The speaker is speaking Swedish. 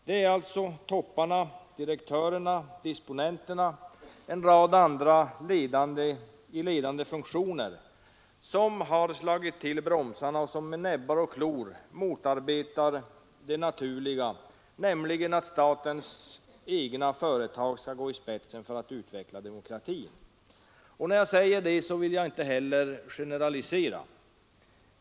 Det är alltså topparna — direktörerna, disponenterna och en rad andra i ledande funktioner — som har slagit till bromsarna och som med näbbar och klor motarbetar det naturliga, nämligen att statens egna företag skall gå i spetsen för att utveckla demokratin. Men när jag säger detta vill jag inte generalisera.